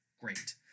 Great